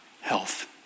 health